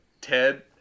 Ted